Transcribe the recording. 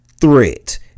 threat